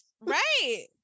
Right